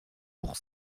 pour